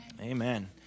Amen